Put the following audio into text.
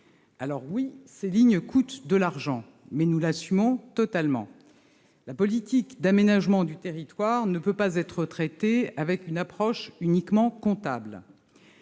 attachés. Ces lignes coûtent, effectivement, mais nous l'assumons totalement. La politique d'aménagement du territoire ne peut pas être traitée au travers d'une approche uniquement comptable.